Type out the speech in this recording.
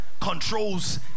controls